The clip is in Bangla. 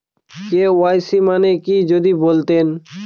কে.ওয়াই.সি মানে কি যদি বলতেন?